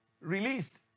released